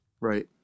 Right